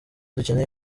dukeneye